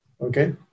Okay